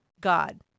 God